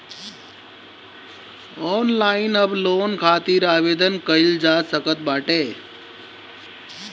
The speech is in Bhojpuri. ऑनलाइन अब लोन खातिर आवेदन कईल जा सकत बाटे